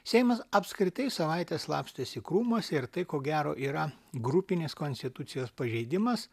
seimas apskritai savaitę slapstėsi krūmuose ir tai ko gero yra grupinės konstitucijos pažeidimas